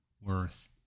worth